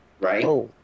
Right